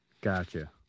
Gotcha